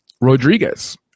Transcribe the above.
Rodriguez